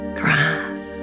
grass